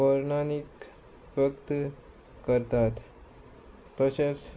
पौराणीक वखळ करतात तशेंच